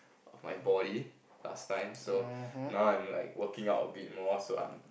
of my body last time so now I'm like working out a bit more so I'm